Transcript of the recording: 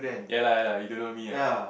ya lah ya lah you don't know me ah